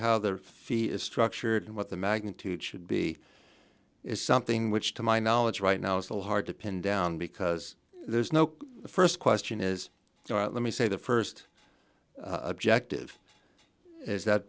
how their fee is structured and what the magnitude should be is something which to my knowledge right now is little hard to pin down because there's no the st question is let me say the st objective is that